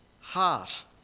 heart